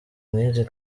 nk’izi